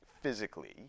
physically